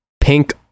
pink